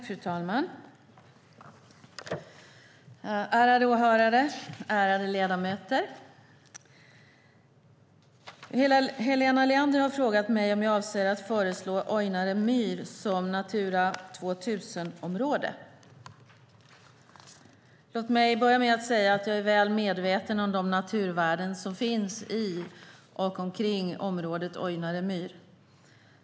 Fru talman, ärade åhörare och ärade ledamöter! Helena Leander har frågat mig om jag avser att föreslå Ojnare myr som Natura 2000-område. Låt mig börja med att säga att jag är väl medveten om de naturvärden som finns i och omkring området Ojnare myr.